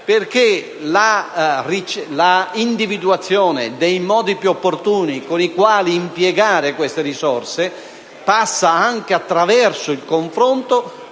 perché la individuazione dei modi più opportuni con i quali impiegare queste risorse passa anche attraverso il confronto